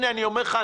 הנה אני אומר לך,